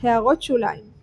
== הערות שוליים ==